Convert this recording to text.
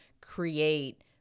create